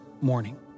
morning